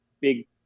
big